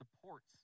supports